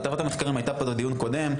חטיבת המחקרים הייתה פה בדיון הקודם,